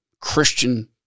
Christian